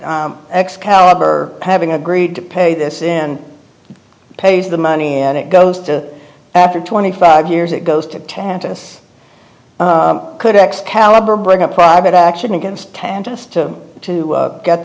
excalibur having agreed to pay this in pays the money and it goes to after twenty five years it goes to tannadice could excalibur bring up private action against qantas to to get